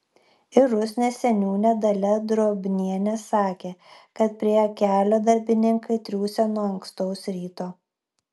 ir rusnės seniūnė dalia drobnienė sakė kad prie kelio darbininkai triūsia nuo ankstaus ryto